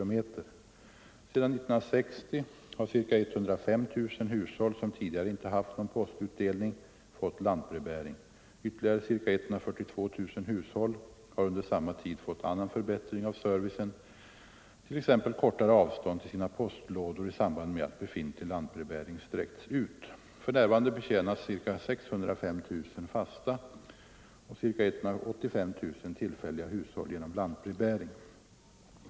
Sedan år 1960 har ca 105 000 hushåll, som tidigare inte haft någon postutdelning, fått lantbrevbäring. Ytterligare ca 142 000 hushåll har under samma tid fått annan förbättring av servicen, t.ex. kortare avstånd till sina postlådor i samband med att befintlig lantbrevbäring sträckts ut. För närvarande betjänas ca 605 000 fasta och ca 185 000 tillfälliga hushåll genom lantbrevbäring.